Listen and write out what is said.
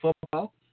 football